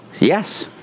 yes